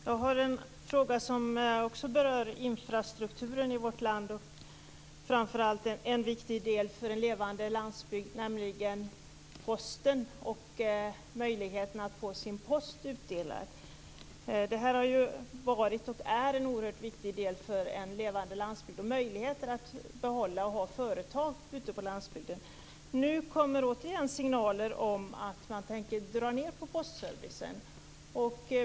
Fru talman! Jag har också en fråga som berör infrastrukturen i vårt land och framför allt något som är viktigt för en levande landsbygd. Det gäller nämligen Posten och möjligheten att få sin post utdelad. Det här har ju varit, och är, en oerhört viktig del för en levande landsbygd och för möjligheten att behålla och ha företag ute på landsbygden. Nu kommer det återigen signaler om att man tänker dra ned på postservicen.